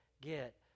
get